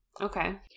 Okay